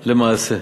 למעשה.